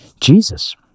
jesus